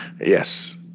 yes